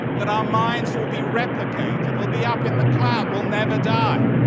that our minds will be replicated, they'll be up in the cloud. we'll never die.